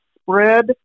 spread